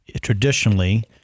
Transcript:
Traditionally